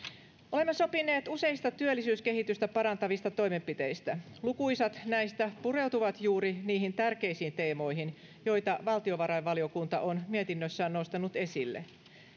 olemme sopineet useista työllisyyskehitystä parantavista toimenpiteistä lukuisat näistä pureutuvat juuri niihin tärkeisiin teemoihin joita valtiovarainvaliokunta on mietinnössään nostanut esille